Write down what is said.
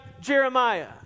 Jeremiah